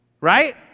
Right